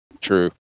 True